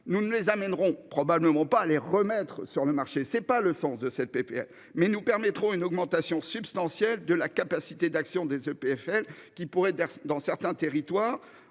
Nous ne les amèneront probablement pas les remettre sur le marché. C'est pas le sens de cette PPL mais nous permettront une augmentation substantielle de la capacité d'action des EPFL qui pourraient dans certains territoires